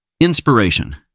Inspiration